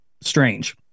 strange